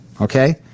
okay